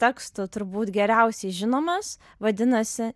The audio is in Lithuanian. tekstų turbūt geriausiai žinomas vadinasi